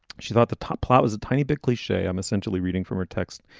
she thought the top plot was a tiny bit cliche. i'm essentially reading from her text.